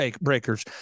breakers